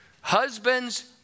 Husbands